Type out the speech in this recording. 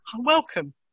welcome